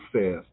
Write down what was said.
says